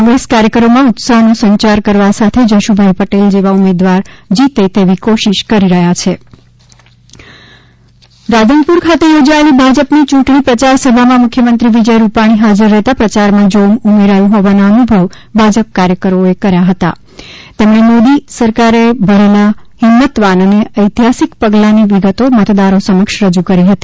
કોંગ્રેસ કાર્યકરોમાં ઊત્સાહનો સંચાર કરવા સાથે જશુભાઇ પટેલ જેવા ઉમેદવાર જીતે તેવી કોશિશ કરી રહ્યા છે રાધનપુર મુખ્યમંત્રી રાધનપુર ખાતે યોજાયેલી ભાજપની યૂંટણી પ્રચાર સભામાં મુખ્યમંત્રી વિજય રૂપાણી હાજર રહેતા પ્રચારમાં જોમ ઉમેરાયું હોવાના અનુભવ ભાજપ કાર્યકરોએ કર્યો હતો તેમણે મોદી સરકારે ભરેલા હિંમતવાન અને ઐતિહાસિક પગલાની વિગતો મતદારો સમક્ષ રજૂ કરી હતી